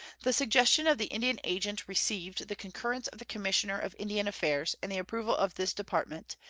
the suggestion of the indian agent received the concurrence of the commissioner of indian affairs and the approval of this department,